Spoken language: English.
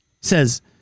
says